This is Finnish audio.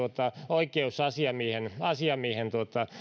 oikeusasiamiehen